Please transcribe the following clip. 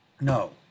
No